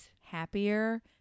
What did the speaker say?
happier